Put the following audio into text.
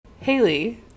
Haley